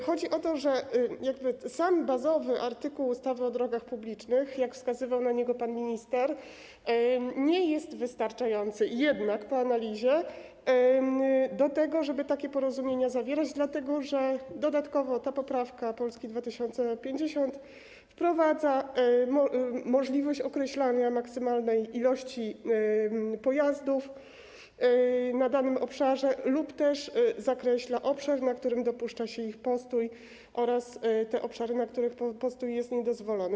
Chodzi o to, że sam bazowy artykuł ustawy o drogach publicznych, jak wskazywał na niego pan minister, nie jest wystarczający - jednak po analizie - do tego, żeby takie porozumienia zawierać, dlatego że dodatkowo poprawka Polski 2050 wprowadza możliwość określania maksymalnej liczby pojazdów na danym obszarze lub też zakreśla obszar, na którym dopuszcza się ich postój, oraz obszary, na których postój jest niedozwolony.